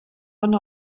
one